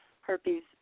herpes